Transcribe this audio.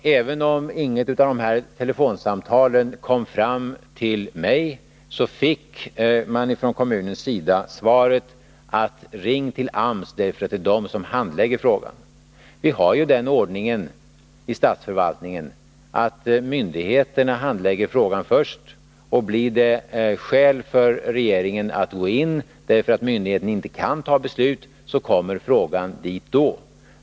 Även om inget av telefonsamtalen kom fram till mig fick kommunerna alltså svaret: Ring till AMS — det är AMS som handlägger ärendet. Vi har i statsförvaltningen den ordningen att myndigheterna handlägger frågan först. Blir det skäl för regeringen att gå in, därför att myndigheten inte kan fatta beslut, kommer frågan dit då.